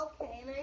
Okay